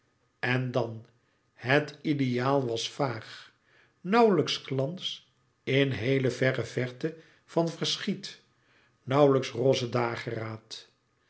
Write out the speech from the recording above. en dan het ideaal was vaag nauwlijks glans in heele verre verte van verschiet nauwlijks roze dageraad